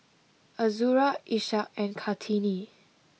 Azura Ishak and Kartini